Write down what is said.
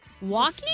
Walking